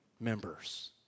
members